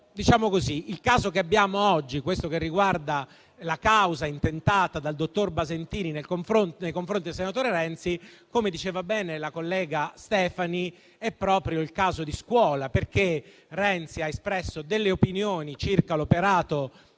Quello che affrontiamo oggi, che riguarda la causa intentata dal dottor Basentini nei confronti del senatore Renzi, come diceva bene la collega Stefani, è proprio il caso di scuola, perché Renzi ha espresso delle opinioni circa l'operato